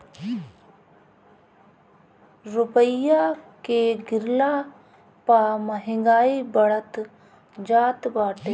रूपया के गिरला पअ महंगाई बढ़त जात बाटे